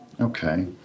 Okay